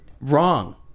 wrong